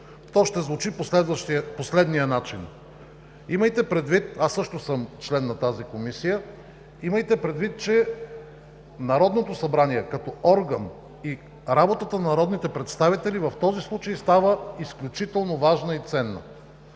то ще звучи по следния начин: имайте предвид, аз също съм член на тази Комисия, че Народното събрание като орган и работата на народните представители в този случай става изключително важна и ценна.